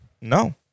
No